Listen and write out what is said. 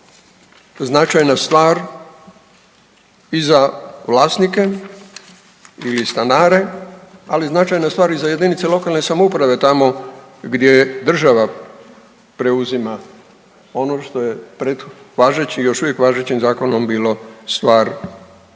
značajna stvar i za vlasnike ili stanare ali i značajna stvar i za jedinice lokalne samouprave tamo gdje država preuzima ono što je pret važeći još uvijek važećim zakonom bilo stvar jedinica